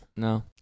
No